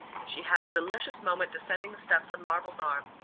and she had a delicious moment descending the steps on marvell's arm,